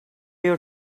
your